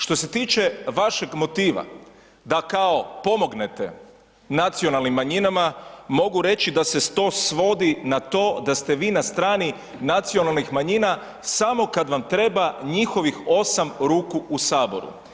Što se tiče vašeg motiva da kao pomognete nacionalnim manjinama, mogu reći da se to svodi na to da ste vi na strani nacionalnih manjina samo kad vam treba njihovih 8 ruku u HS.